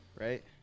Right